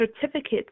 certificates